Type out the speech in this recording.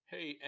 Hey